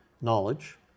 knowledge